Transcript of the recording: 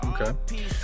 okay